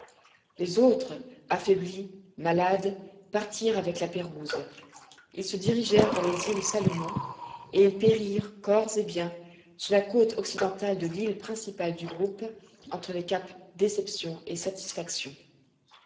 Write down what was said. les autres affaiblis malades partirent avec la pérouse ils se dirigèrent vers les îles salomon et ils périrent corps et biens sur la côte occidentale de l'île principale du groupe entre les caps déception et satisfaction